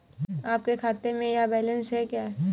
आपके खाते में यह बैलेंस है क्या?